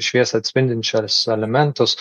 šviesą atspindinčius elementus